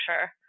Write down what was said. sure